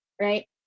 right